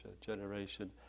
generation